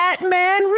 Batman